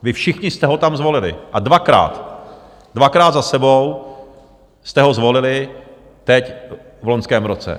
Vy všichni jste ho tam zvolili a dvakrát, dvakrát za sebou jste ho zvolili teď v loňském roce.